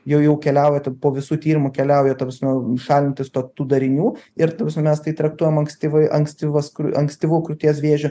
jau jau keliauja t po visų tyrimų keliauja ta prasme šalintis tok tų darinių ir ta prasme mes tai traktuojam ankstyva ankstyvas ankstyvu krūties vėžiu